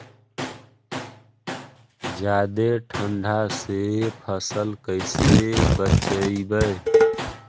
जादे ठंडा से फसल कैसे बचइबै?